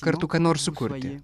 kartu ką nors sukurti